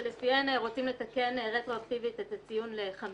שלפיהן רוצים לתקן רטרואקטיבית את הציון ל-50.